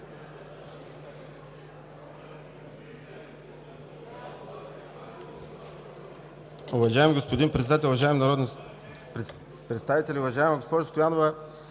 Уважаеми господин Председател, уважаеми народни представители! Уважаема госпожо Стоянова,